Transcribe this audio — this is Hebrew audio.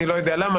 אני לא יודע למה,